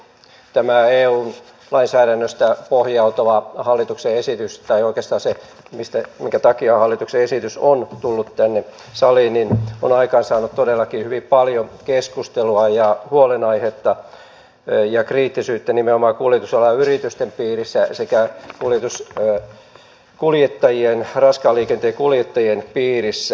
tämä eun lainsäädäntöön pohjautuva hallituksen esitys tai oikeastaan se minkä takia hallituksen esitys on tullut tänne saliin on aikaansaanut todellakin hyvin paljon keskustelua ja huolenaihetta ja kriittisyyttä nimenomaan kuljetusalan yritysten piirissä sekä raskaan liikenteen kuljettajien piirissä